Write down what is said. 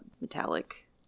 metallic